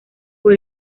por